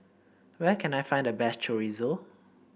where can I find the best Chorizo